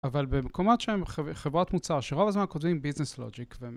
אבל במקומות שהם חברת מוצר שרוב הזמן כותבים ביזנס לוג'יק.